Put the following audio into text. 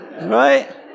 right